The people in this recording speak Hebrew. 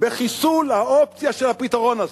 בחיסול האופציה של הפתרון הזה.